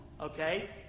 okay